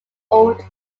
old